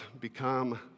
become